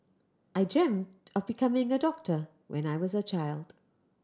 I dreamt of becoming a doctor when I was a child